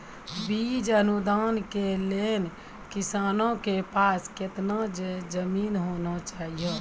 बीज अनुदान के लेल किसानों के पास केतना जमीन होना चहियों?